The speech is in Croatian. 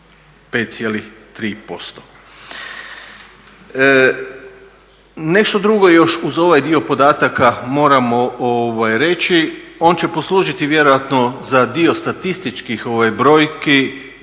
5,3%. Nešto drugo uz ovaj dio podataka moramo reći, on će poslužiti vjerojatno za dio statističkih brojki